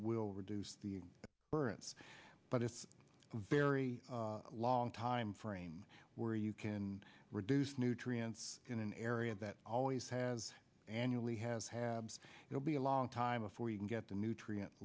will reduce the births but it's very long time frame where you can reduce nutrients in an area that always has annually has had it will be a long time before you can get the nutrient